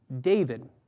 David